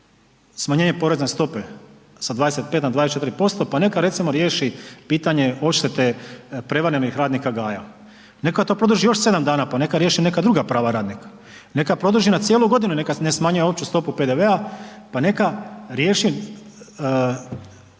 smanjenje porezne stope sa 25 na 24% pa neka recimo riješi pitanje odštete prevarenih radnika Gaja, neka to produži još sedam dana pa neka riješi neka druga prava radnika, neka produži na cijelu godinu, neka ne smanjuje opću stopu PDV-a pa neka riješi